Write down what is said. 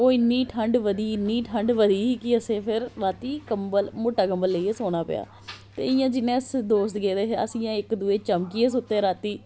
ओह् इन्नी ठंड बधी इन्नी ठंड बधी कि अस फिर राती कबंल मोटा कवंल लेइयै सौना पेआ ते इयां जियां अस दोस्त गेदे हे अस इयां इक दुऐ गी चमकियै सुत्ते राती